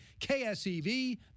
KSEV